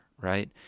right